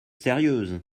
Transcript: sérieuses